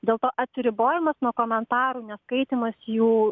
dėl to atsiribojimas nuo komentarų neskaitymas jų